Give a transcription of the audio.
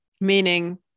meaning